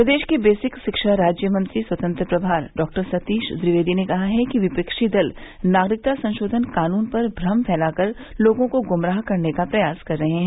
प्रदेश के बेसिक शिक्षा राज्य मंत्री स्वतंत्र प्रभार डॉ सतीश ट्विवेदी ने कहा कि विपक्षी दल नागरिक संशोधन कानून पर भ्रम फैलाकर लोगों को गुमराह करने का प्रयास कर रहे हैं